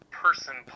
person